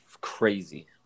crazy